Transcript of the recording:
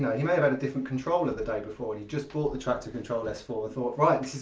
he may have had a different controller the day before, and he just bought the traktor kontrol s four and thought right,